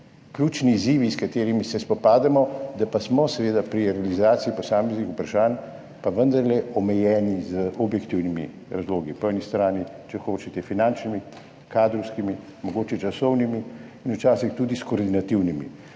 ključni izzivi, s katerimi se spopadamo, da pa smo pri realizaciji posameznih vprašanj pa vendarle omejeni z objektivnimi razlogi, po eni strani če hočete, finančnimi, kadrovskimi, mogoče časovnimi in včasih tudi s koordinativnimi.